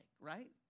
Right